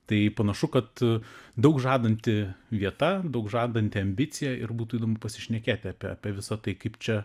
tai panašu kad daug žadanti vieta daug žadanti ambicija ir būtų įdomu pasišnekėti apie apie visa tai kaip čia